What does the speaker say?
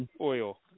oil